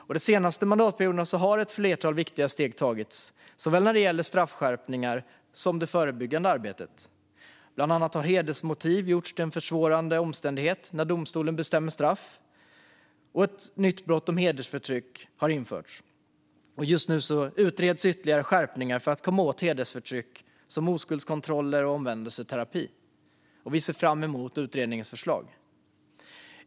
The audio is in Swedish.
Under de senaste mandatperioderna har ett flertal viktiga steg tagits såväl när det gäller straffskärpningar som förebyggande arbete. Bland annat har hedersmotiv gjorts till en försvårande omständighet när domstolen bestämmer straff, och ett nytt brott om hedersförtryck har införts. Just nu utreds ytterligare skärpningar för att komma åt hedersförtryck, som oskuldskontroller och omvändelseterapi. Socialdemokraterna ser fram emot utredningens förslag.